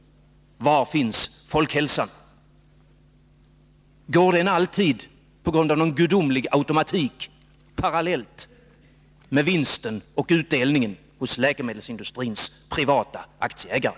Var finns folkhälsan? Går den alltid, på grund av någon gudomlig automatik, parallellt med vinsten och utdelningen till den privata läkemedelsindustrins aktieägare?